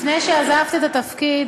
לפני שעזבת את התפקיד,